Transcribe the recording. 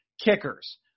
Kickers